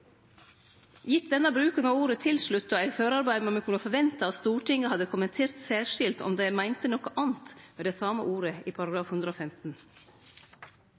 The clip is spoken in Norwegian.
Gitt denne bruken av ordet «tilsluttet» i førearbeida, må me kunne forvente at Stortinget hadde kommentert særskilt om dei meinte noko anna med det same ordet i § 115.